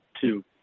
two